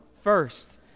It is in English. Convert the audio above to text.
first